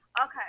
Okay